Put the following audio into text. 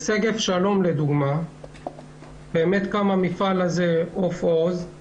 בשגב שלום לדוגמה קם מפעל עוף עוז,